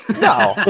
No